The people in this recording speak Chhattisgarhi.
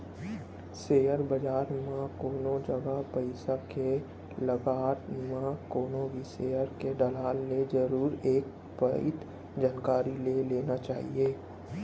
सेयर बजार म कोनो जगा पइसा के लगात म कोनो भी सेयर के दलाल ले जरुर एक पइत जानकारी ले लेना चाही